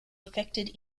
affected